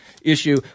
issue